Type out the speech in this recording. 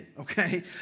okay